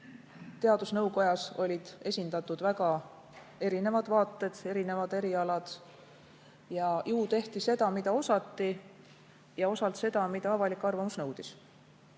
Teadusnõukojas olid esindatud väga erinevad vaated, erinevad erialad. Ju tehti seda, mida osati, ja osalt seda, mida avalik arvamus nõudis.